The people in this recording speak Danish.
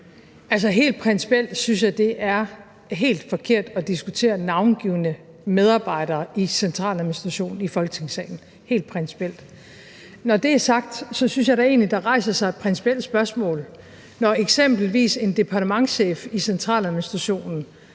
Helt principielt synes jeg, det er helt forkert at diskutere navngivne medarbejdere i centraladministrationen i Folketingssalen – helt principielt. Når det er sagt, synes jeg da egentlig, der rejser sig principielle spørgsmål, når eksempelvis en departementschef i centraladministrationen